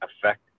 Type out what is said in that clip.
affect